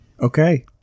okay